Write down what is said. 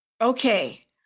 Okay